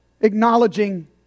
acknowledging